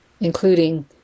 including